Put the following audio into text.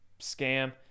scam